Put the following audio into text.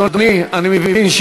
אדוני, אני מבין,